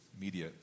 media